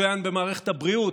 מצוין במערכת הבריאות,